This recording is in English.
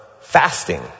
fasting